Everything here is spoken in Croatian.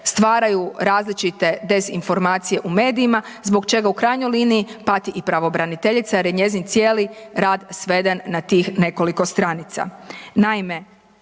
stvaraju različite dezinformacije u medijima, zbog čega u krajnjoj liniji pati i pravobraniteljica jer je njezin cijeli rad sveden na tih nekoliko stranica.